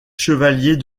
chevalier